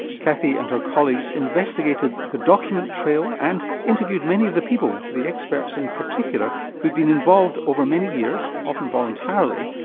kathy and her colleagues investigated the document trail and interviewed many of the people, the experts in particular, who'd been involved over many years, often voluntarily,